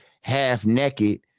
half-naked